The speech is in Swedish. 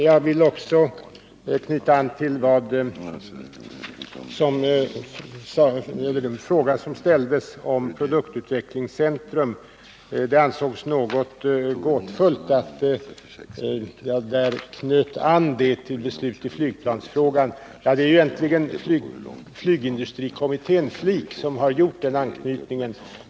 Jag vill också ta upp den fråga som ställdes om ett produktutvecklingscentrum. Det ansågs något gåtfullt att jag knöt an det till beslut i flygplansfrågan. Det är egentligen flygindustrikommissionen, FLIK, som har gjort den anknytningen.